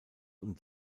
und